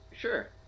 Sure